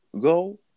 go